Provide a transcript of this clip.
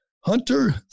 Hunter